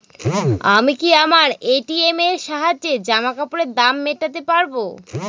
আমি কি আমার এ.টি.এম এর সাহায্যে জামাকাপরের দাম মেটাতে পারব?